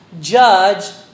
judge